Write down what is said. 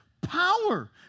Power